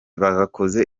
bakoze